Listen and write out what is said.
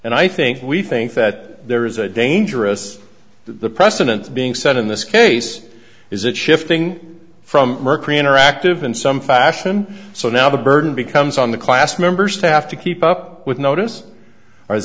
and i think we think that there is a dangerous the precedent being set in this case is it shifting from mercury interactive in some fashion so now the burden becomes on the class members to have to keep up with notice